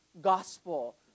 gospel